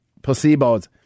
placebos